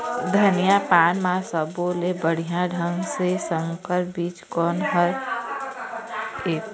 धनिया पान म सब्बो ले बढ़िया ढंग के संकर बीज कोन हर ऐप?